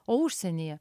o užsienyje